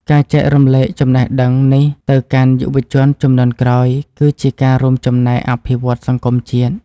ការចែករំលែកចំណេះដឹងនេះទៅកាន់យុវជនជំនាន់ក្រោយគឺជាការរួមចំណែកអភិវឌ្ឍសង្គមជាតិ។